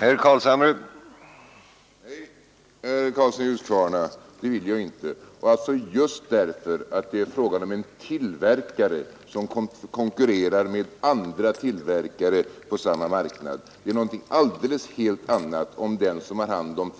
Herr talman! Nej, herr Karlsson i Huskvarna, det vill jag inte. Och just därför att det är fråga om en tillverkare som konkurrerar med andra tillverkare på samma marknad. Det är något helt annat om den som har hand om